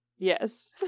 Yes